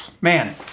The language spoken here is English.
man